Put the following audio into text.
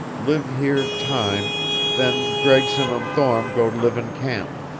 live here time then gregson um thorne go live in camp.